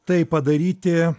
tai padaryti